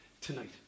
tonight